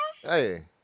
Hey